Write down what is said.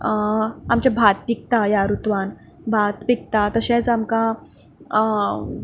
आमचें भात पिकता ह्या रूतूवान भात पिकता तशेंच आमकां